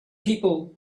people